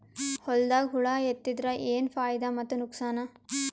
ಹೊಲದಾಗ ಹುಳ ಎತ್ತಿದರ ಏನ್ ಫಾಯಿದಾ ಮತ್ತು ನುಕಸಾನ?